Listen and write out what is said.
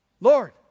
Lord